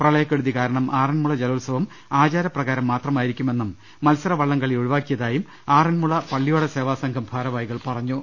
പ്രളയക്കെടുതി കാരണം അറന്മുള ജലോത്സവം ആചാരപ്രകാരം മാത്രമായിരിക്കുമെന്നും മത്സര വള്ളംകളി ഒഴിവാക്കിയതായും ആറന്മുള പള്ളിയോട സേവാസംഘം ഭാരവാഹികൾ പറഞ്ഞു